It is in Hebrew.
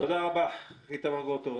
תודה רבה, איתמר גרוטו.